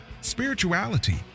spirituality